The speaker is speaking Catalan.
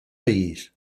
país